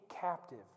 captive